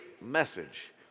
message